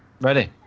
Ready